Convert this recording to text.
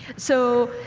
so,